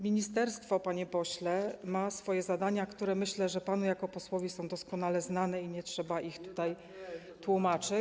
Ministerstwo, panie pośle, ma swoje zadania, które panu jako posłowi są doskonale znane i nie trzeba ich tłumaczyć.